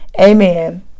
Amen